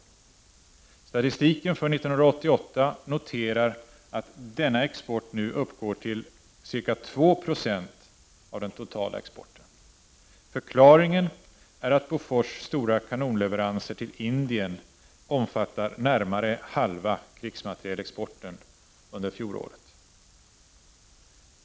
I statistiken för 1988 kan man notera att denna export nu uppgår till ca 2 26 av den totala exporten. Förklaringen är att Bofors stora kanonleveranser till Indien omfattar närmare hälften av krigsmaterielexporten under fjolåret.